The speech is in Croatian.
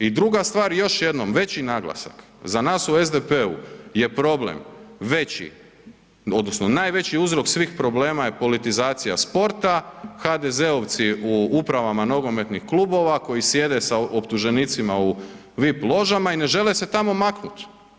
I druga stvar još jednom, veći naglasak za nas u SDP-u je problem veći odnosno najveći uzrok svih problema je politizacija sporta, HDZ-ovci u upravama nogometnih klubova koji sjede sa optuženicima u VIP ložama i ne žele se tamo maknut.